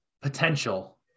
potential